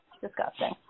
Disgusting